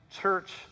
church